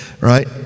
right